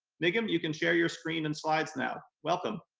nigam, you can share your screen and slides now. welcome.